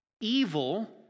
Evil